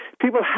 People